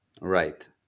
Right